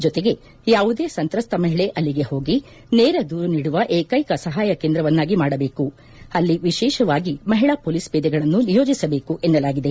ಜೊತೆಗೆ ಯಾವುದೇ ಸಂತ್ರಸ್ತ ಮಹಿಳೆ ಅಲ್ಲಿಗೆ ಹೋಗಿ ನೇರ ದೂರು ನೀಡುವ ಏಕೈಕ ಸಹಾಯ ಕೇಂದ್ರವನ್ನಾಗಿ ಮಾಡಬೇಕು ಅಲ್ಲಿ ವಿಶೇಷವಾಗಿ ಮಹಿಳಾ ಪೊಲೀಸ್ ಪೇದೆಗಳನ್ನು ನಿಯೋಜಿಸಬೇಕು ಎನ್ನಲಾಗಿದೆ